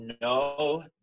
no